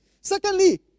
Secondly